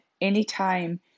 anytime